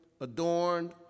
adorned